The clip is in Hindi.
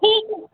ठीक है